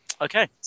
Okay